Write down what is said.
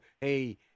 hey